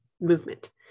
movement